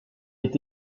est